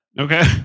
Okay